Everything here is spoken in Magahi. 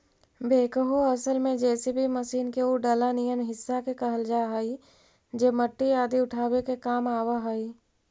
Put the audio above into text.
बेक्हो असल में जे.सी.बी मशीन के उ डला निअन हिस्सा के कहल जा हई जे मट्टी आदि उठावे के काम आवऽ हई